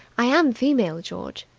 i am female, george.